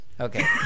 Okay